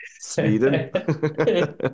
Sweden